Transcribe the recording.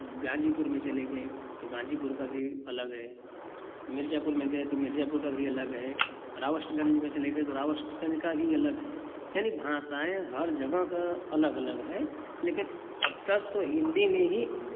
गाज़ीपुर में चले गए तो गाज़ीपुर का भी अलग है मिर्ज़ापुर में गए तो मिर्ज़ापुर का भी अलग है रावष्टगंज में रावष्टगंज का भी अलग है यानी भाषाएँ हर जगह का अलग अलग हैं लेकिन अक्सर तो हिंदी में ही